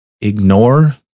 ignore